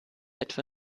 etwa